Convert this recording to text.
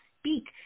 speak